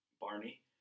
Barney